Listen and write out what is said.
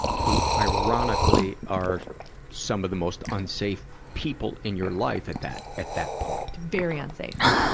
who, ironically, are some of the most unsafe people in your life at that, at that point. very unsafe.